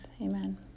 Amen